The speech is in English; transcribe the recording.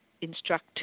instruct